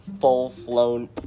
full-flown